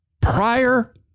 Prior